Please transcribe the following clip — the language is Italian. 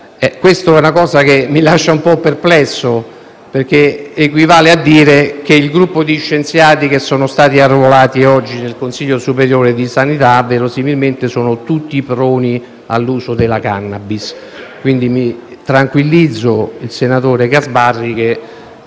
Questa è una cosa che mi lascia un po' perplesso, perché equivale a dire che il gruppo di scienziati arruolati oggi nel Consiglio superiore di sanità sono verosimilmente tutti proni all'uso della *cannabis.* Tranquillizzo quindi il senatore Gasparri che